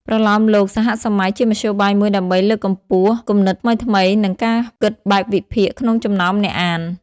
ប្រលោមលោកសហសម័យជាមធ្យោបាយមួយដើម្បីលើកកម្ពស់គំនិតថ្មីៗ និងការគិតបែបវិភាគក្នុងចំណោមអ្នកអាន។